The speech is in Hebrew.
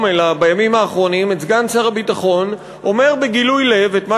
בימים האחרונים את סגן שר הביטחון אומר בגילוי לב את מה